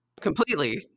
completely